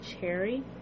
cherry